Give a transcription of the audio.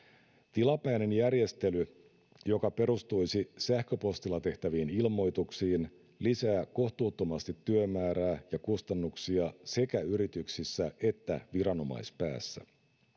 tilapäinen järjestely joka perustuisi sähköpostilla tehtäviin ilmoituksiin lisää kohtuuttomasti työmäärää ja kustannuksia sekä yrityksissä että viranomaispäässä